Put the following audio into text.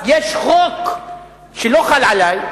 אבל יש חוק שלא חל עלי,